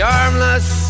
armless